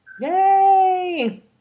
Yay